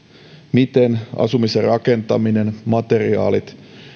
miten asumisen rakentamista materiaaleja